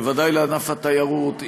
בוודאי לענף התיירות,